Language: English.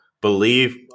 believe